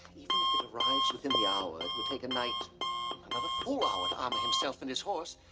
even if it arrives within the hour, it will take a knight another full hour to armor himself and his horse.